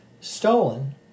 stolen